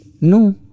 No